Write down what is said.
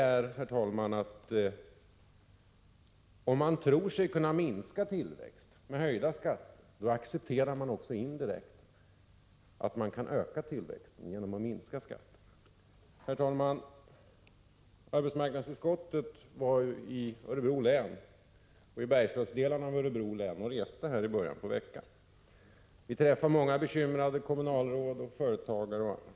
Det är att om man tror sig kunna minska tillväxt med höjda skatter, då accepterar man också indirekt att man kan öka tillväxten genom att minska skatten. Herr talman! Arbetsmarknadsutskottet var i början av veckan på resa i Örebro län och besökte då Bergslagsdelen. Vi träffade många bekymrade kommunalråd och företagare.